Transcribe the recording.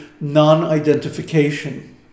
non-identification